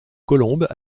colombes